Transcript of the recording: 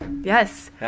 Yes